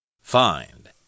Find